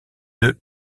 deux